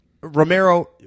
Romero